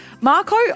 Marco